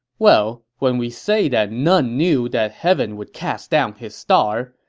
well, when we say that none knew that heaven would cast down his star,